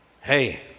hey